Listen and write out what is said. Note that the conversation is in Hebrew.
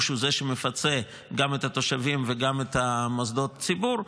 הוא זה שמפצה גם את התושבים וגם את מוסדות הציבור,